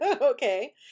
Okay